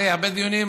אחרי הרבה דיונים,